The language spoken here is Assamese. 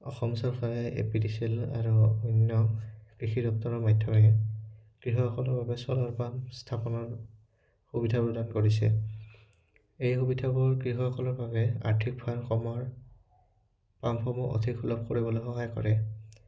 অসম চৰকাৰে A P D C L আৰু অন্য কৃষি দপ্তৰৰ মাধ্যমে কৃষকসকলৰ বাবে চ'লাৰ পাম্প স্থাপনৰ সুবিধা প্ৰদান কৰিছে এই সুবিধাবোৰ কৃষকসকলৰ বাবে আৰ্থিক ভাৰসম্যৰ পাম্পসমূহ অধিক সুলভ কৰিবলৈ সহায় কৰে